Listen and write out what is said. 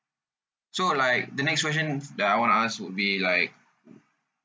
so like the next question that I want to ask would be like